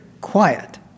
quiet